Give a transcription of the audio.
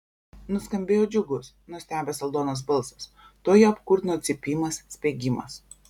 nuskambėjo džiugus nustebęs aldonos balsas tuoj ją apkurtino cypimas spiegimas